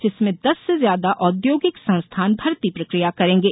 जिसमें दस से ज्यादा औघोगिक संस्थान भर्ती प्रक्रिया करेंगे